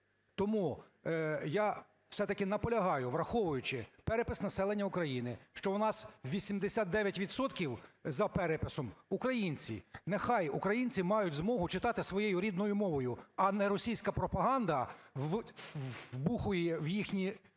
Тому я все-таки наполягаю, враховуючи перепис населення України, що у нас 89 відсотків за переписом – українці, нехай українці мають змогу читати своєю рідною мовою, а не російська пропаганда вбухує в їхні